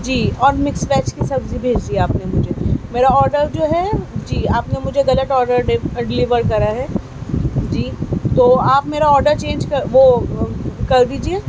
جی اور mix veg کی سبزی بھیجی ہے آپ نے مجھے میرا آرڈر جو ہے جی آپ نے مجھے غلط آرڈر ڈلیور کرا ہے جی تو آپ میرا آرڈر چینج کر وہ کر دیجئے